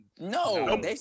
no